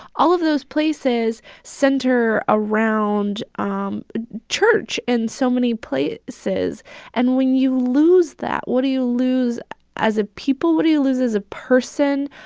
all of those places center around um church in so many places. and and when you lose that, what do you lose as a people? what do you lose as a person?